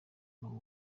igomba